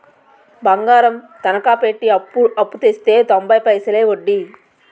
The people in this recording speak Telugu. బంగారం తనకా పెట్టి అప్పుడు తెస్తే తొంబై పైసలే ఒడ్డీ